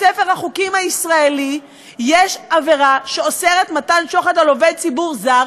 בספר החוקים הישראלי יש עבירה שאוסרת מתן שוחד לעובד ציבור זר,